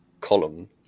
column